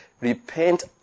Repent